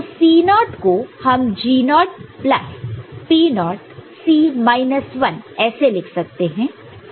तो C0 nought naught को हम G0 nought naught plus P0 nought naught C minus 1 ऐसे लिख सकते हैं